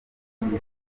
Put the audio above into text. yifuza